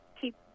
keep